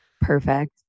Perfect